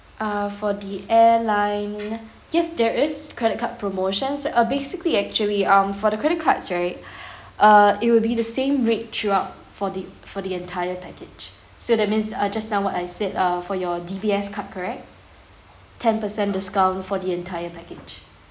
uh for the airline yes there is credit card promotions uh basically actually um for the credit cards right uh it will be the same rate throughout for the for the entire package so that means uh just now what I said uh for your D_B_S card correct ten percent discount for the entire package